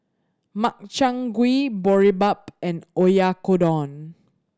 Makchang Gui Boribap and Oyakodon